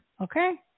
Okay